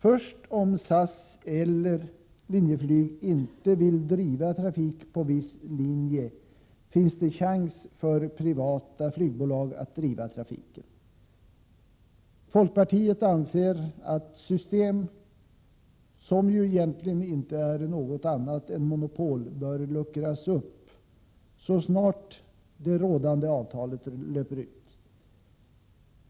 Först om SAS eller Linjeflyg inte vill driva trafik på en viss linje finns det chans för privata flygbolag att driva trafiken. Folkpartiet anser att det systemet, som ju inte är något annat än ett monopol, bör luckras upp så snart det rådande avtalet löper ut.